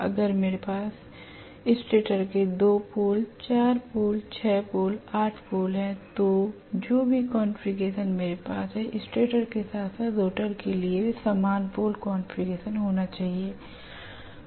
अगर मेरे पास स्टेटर के लिए 2 पोल 4 पोल 6 पोल 8 पोल हैं तो जो भी कॉन्फ़िगरेशन मेरे पास है स्टेटर के साथ साथ रोटर के लिए भी समान पोल कॉन्फ़िगरेशन होना चाहिए